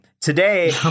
today